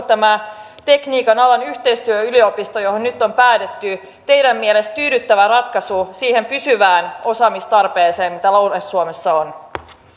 tämä tekniikan alan yhteistyöyliopisto johon nyt on päädytty teidän mielestänne tyydyttävä ratkaisu siihen pysyvään osaamistarpeeseen mitä lounais suomessa on